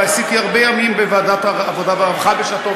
ועשיתי הרבה ימים בוועדת העבודה והרווחה בשעתי,